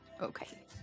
Okay